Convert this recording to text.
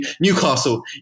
Newcastle